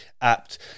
apt